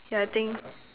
yeah I think